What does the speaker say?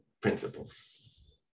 principles